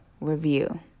review